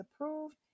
approved